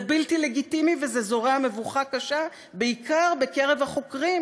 זה בלתי לגיטימי וזה זורע מבוכה קשה בעיקר בקרב החוקרים